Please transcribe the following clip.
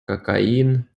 cocaine